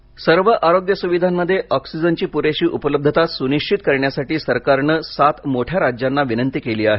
oxygen सर्व आरोग्य सुविधांमध्ये ऑक्सिजनची पुरेशी उपलब्धता सुनिश्चित करण्यासाठी सरकारने सात मोठ्या राज्यांना विनंती केली आहे